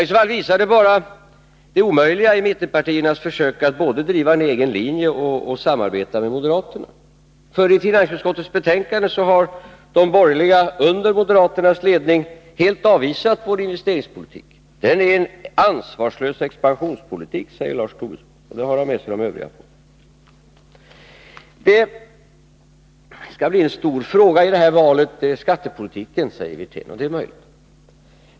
I så fall visar det bara det omöjliga i mittenpartiernas försök att både driva en egen linje och samarbeta med moderaterna. I finansutskottets betänkande har nämligen mittenpartierna under moderaternas ledning helt avvisat vår investeringspolitik. Den är en ansvarslös expansionspolitik, säger Lars Tobisson, och där har han med sig de övriga. Rolf Wirtén säger att skattepolitiken skall bli en stor fråga i detta val. Det är möjligt.